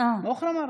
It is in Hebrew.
עוד פעם.